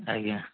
ଆଜ୍ଞା